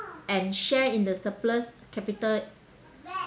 and share in the surplus capital